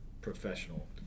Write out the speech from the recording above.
professional